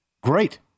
great